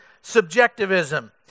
subjectivism